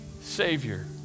Savior